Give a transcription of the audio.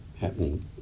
happening